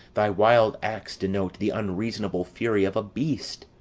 thy wild acts denote the unreasonable fury of a beast.